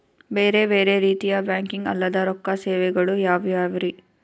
ಬೇರೆ ಬೇರೆ ರೀತಿಯ ಬ್ಯಾಂಕಿಂಗ್ ಅಲ್ಲದ ರೊಕ್ಕ ಸೇವೆಗಳು ಯಾವ್ಯಾವ್ರಿ?